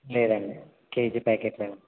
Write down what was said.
లేదండి KG packet లే అండి